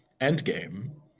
endgame